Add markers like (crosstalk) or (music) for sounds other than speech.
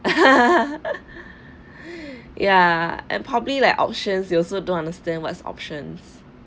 (laughs) ya and probably like options you also don't understand what's options